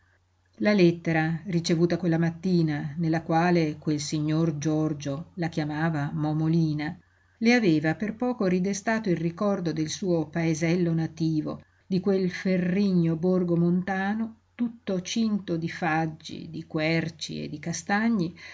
la lettera ricevuta quella mattina nella quale quel signor giorgio la chiamava momolina le aveva per poco ridestato il ricordo del suo paesello nativo di quel ferrigno borgo montano tutto cinto di faggi di querci e di castagni